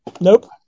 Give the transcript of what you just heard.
nope